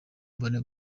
mbone